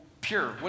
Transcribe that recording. Pure